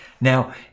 Now